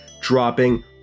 dropping